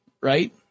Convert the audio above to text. right